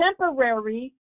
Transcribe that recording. temporary